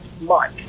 Mike